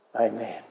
Amen